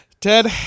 ted